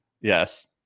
Yes